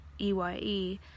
EYE